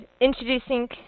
introducing